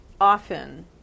often